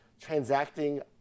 transacting